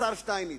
השר שטייניץ,